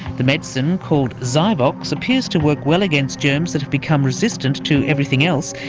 the medicine, called zyvox appears to work well against germs that have become resistant to everything else,